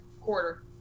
quarter